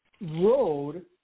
road